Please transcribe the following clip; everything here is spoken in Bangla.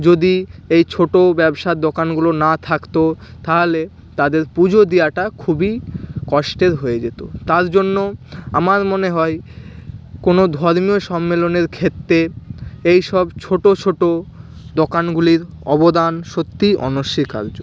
যদি এই ছোটো ব্যবসার দোকানগুলো না থাকত তাহালে তাদের পুজো দেয়াটা খুবই কষ্টের হয়ে যেত তার জন্য আমার মনে হয় কোনো ধর্মীয় সম্মেলনের ক্ষেত্রে এইসব ছোটো ছোটো দোকানগুলির অবদান সত্যিই অনস্বীকার্য